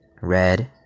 Red